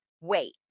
wait